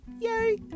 Yay